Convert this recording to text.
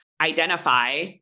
identify